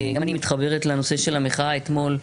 גם אני מתחברת לנושא של המחאה אתמול.